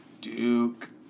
Duke